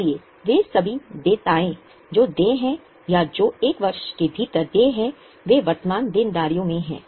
इसलिए वे सभी देयताएं जो देय हैं या जो 1 वर्ष के भीतर देय हैं वे वर्तमान देनदारियों में हैं